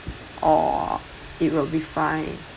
or it will be fine